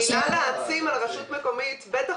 המילה להעצים על רשות מקומית בטח